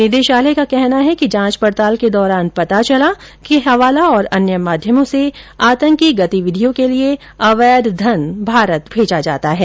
निदेशालय का कहना है कि जांच पड़ताल के दौरान पता चला कि हवाला और अन्य माध्यमों से आतंकवादी गतिविधियों के लिए अवैध धन भारत भेजा जाता है